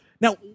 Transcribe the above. Now